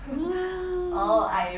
!wah!